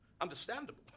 Understandable